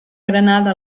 granada